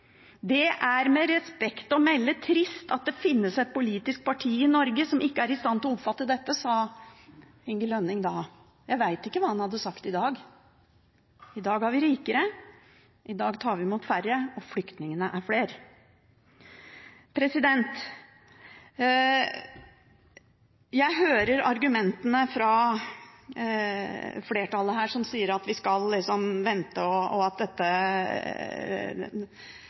Det er med respekt å melde litt trist at det finnes et politisk parti i Norge som ikke er i stand til å oppfatte dette.» Det sa Inge Lønning da. Jeg vet ikke hva han hadde sagt i dag. I dag er vi rikere, i dag tar vi imot færre, og flyktningene er flere. Jeg hører argumentene fra flertallet her som sier at vi skal vente, og at